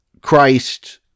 Christ